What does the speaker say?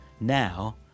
Now